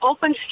Open